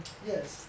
yes